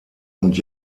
und